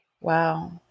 Wow